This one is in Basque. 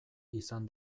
izan